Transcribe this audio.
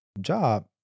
job